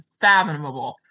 fathomable